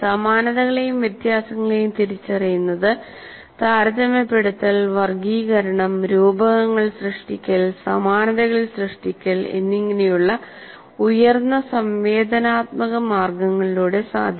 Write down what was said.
സമാനതകളെയും വ്യത്യാസങ്ങളെയും തിരിച്ചറിയുന്നത് താരതമ്യപ്പെടുത്തൽ വർഗ്ഗീകരണം രൂപകങ്ങൾ സൃഷ്ടിക്കൽ സമാനതകൾ സൃഷ്ടിക്കൽ എന്നിങ്ങനെയുള്ള ഉയർന്ന സംവേദനാത്മക മാർഗങ്ങളിലൂടെ സാധിക്കും